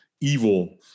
evil